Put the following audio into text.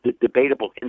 debatable